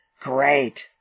great